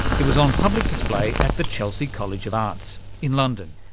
it was on public display at the chelsea college of arts in london.